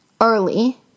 early